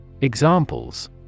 Examples